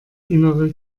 innere